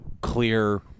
clear